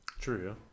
True